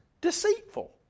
deceitful